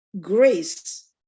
grace